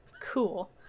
Cool